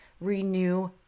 renew